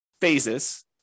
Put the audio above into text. phases